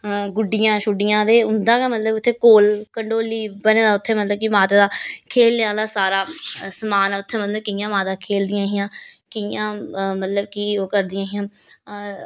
गुड्डियां शुड्डियां ते उंदा गै मतलब कौल कंडोली बने दा उत्थें मतलब कि उत्थें माता दा खेलने आह्ला सारा समान उत्थें मतलब कि कि'यां माता खेल दियां हियां कियां मतलब कि ओह् करदियां हियां